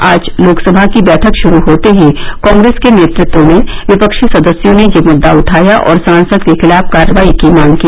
आज लोकसभा की बैठक शुरू होते ही कांग्रेस के नेतृत्व में विपक्षी सदस्यों ने यह मुद्दा उठाया और सांसद के खिलाफ कार्रवाई की मांग की